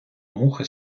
мухи